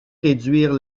réduire